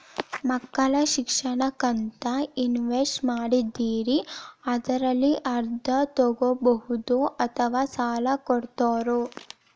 ಮಕ್ಕಳ ಶಿಕ್ಷಣಕ್ಕಂತ ಇನ್ವೆಸ್ಟ್ ಮಾಡಿದ್ದಿರಿ ಅದರಲ್ಲಿ ಅರ್ಧ ತೊಗೋಬಹುದೊ ಅಥವಾ ಸಾಲ ಕೊಡ್ತೇರೊ?